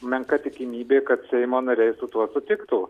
menka tikimybė kad seimo nariai su tuo sutiktų